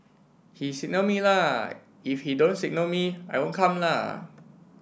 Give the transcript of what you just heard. he signal me la if he don't signal me I won't come la